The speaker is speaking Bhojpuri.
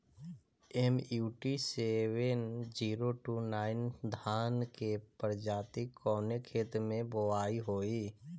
MUT seven zero two nine धान के प्रजाति कवने खेत मै बोआई होई?